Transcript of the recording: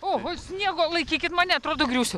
oho sniego laikykit mane atrodo griūsiu